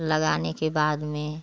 लगाने के बाद में